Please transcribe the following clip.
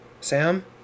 Sam